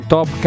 Top